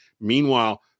meanwhile